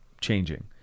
changing